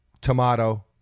tomato